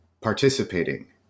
participating